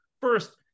first